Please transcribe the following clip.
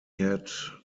had